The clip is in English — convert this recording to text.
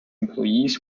employees